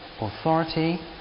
authority